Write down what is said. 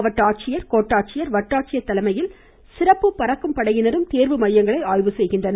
மாவட்ட ஆட்சியர் கோட்டாட்சியர் வட்டாட்சியர் தலைமையில் சிறப்பு பறக்கும் படையினரும் தேர்வு மையங்களை ஆய்வு செய்வார்கள்